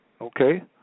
Okay